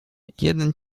jeden